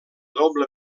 doble